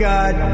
God